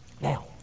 Now